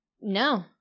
No